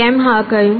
કેમ હા કહ્યું